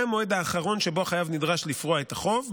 מהמועד האחרון שבו החייב נדרש לפרוע את החוב,